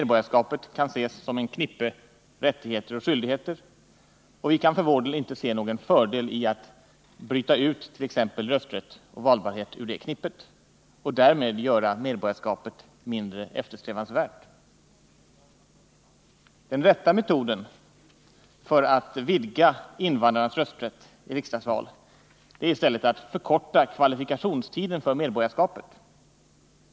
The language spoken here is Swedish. Medborgarskapet kan ses som ett knippe rättigheter och skyldigheter, och vi kan för vår del inte se någon fördel i att bryta ut t.ex. rösträtt och valbarhet ur det knippet och därmed göra medborgarskapet mindre eftersträvansvärt. Den rätta metoden för att vidga invandrarnas rösträtt i riksdagsval är i stället att förkorta kvalifikationstiden för medborgarskapet.